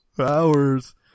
Hours